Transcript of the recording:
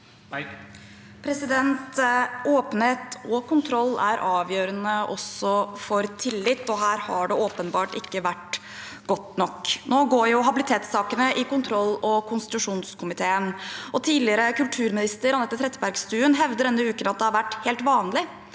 Åpen- het og kontroll er avgjørende også for tillit, og her har det åpenbart ikke vært godt nok. Nå går habilitetssake ne i kontroll- og konstitusjonskomiteen. Tidligere kulturminister Anette Trettebergstuen hevdet denne uken at det har vært helt vanlig